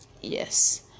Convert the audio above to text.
yes